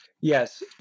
yes